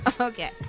Okay